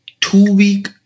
two-week